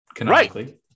Right